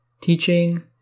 teaching